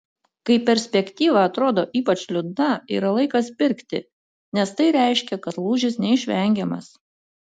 kai perspektyva atrodo ypač liūdna yra laikas pirkti nes tai reiškia kad lūžis neišvengiamas